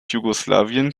jugoslawien